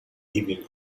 living